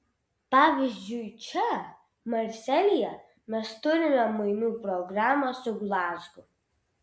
pavyzdžiui čia marselyje mes turime mainų programą su glazgu